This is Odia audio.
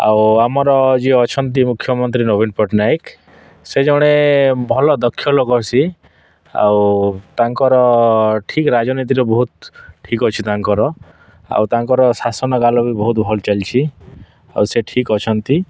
ଆଉ ଆମର ଯିଏ ଅଛନ୍ତି ମୁଖ୍ୟମନ୍ତ୍ରୀ ନବୀନ ପଟ୍ଟନାୟକ ସେ ଜଣେ ଭଲ ଦକ୍ଷ ଲୋକ ସିଏ ଆଉ ତାଙ୍କର ଠିକ୍ ରାଜନୀତି ବହୁତ ଠିକ୍ ଅଛି ତାଙ୍କର ଆଉ ତାଙ୍କର ଶାସନ ଗାନ ବି ବହୁତ ଭଲ ଚାଲିଛି ଆଉ ସେ ଠିକ୍ ଅଛନ୍ତି